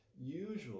usually